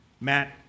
Matt